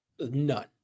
none